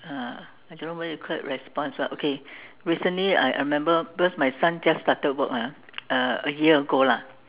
uh I don't know what you call it response ah okay recently I I remember because my son just started work ah uh a year ago lah